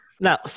Now